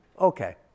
Okay